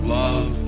love